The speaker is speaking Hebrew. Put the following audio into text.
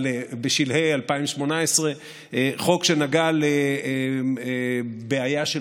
אבל בשלהי 2018 העברתי חוק שנגע לבעיה של